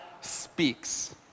Speaks